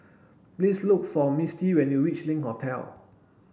please look for Misti when you reach Link Hotel